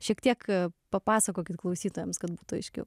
šiek tiek papasakokit klausytojams kad būtų aiškiau